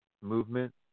Movement